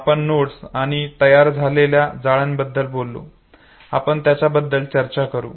आपण नोड्स आणि तयार झालेल्या जाळ्याबद्दल बोललो आपण त्याबद्दल पुन्हा चर्चा करू